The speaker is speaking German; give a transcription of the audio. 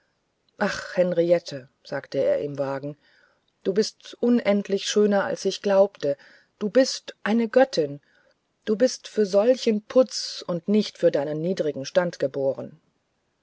ach henriette sagte er im wagen du bist unendlich schöner als ich glaubte du bist eine göttin du bist für solchen putz und nicht für deinen niedrigen stand geboren